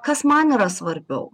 kas man yra svarbiau